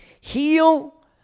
heal